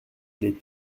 les